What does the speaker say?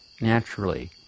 naturally